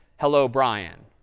hello, brian.